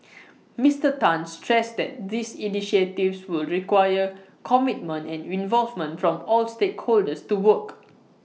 Mister Tan stressed that these initiatives would require commitment and involvement from all stakeholders to work